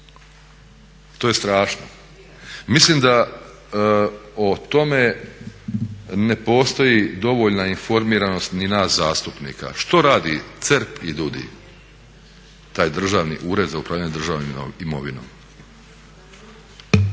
To je strašno! Mislim da o tome ne postoji dovoljna informiranost ni nas zastupnika što radi CERP i DUUDI, taj Državni ured za upravljanje državnom imovinom.